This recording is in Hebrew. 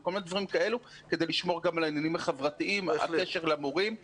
וכל מיני דברים כאלו כדי לשמור גם על היחסים החברתיים והקשר למורים.